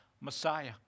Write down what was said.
Messiah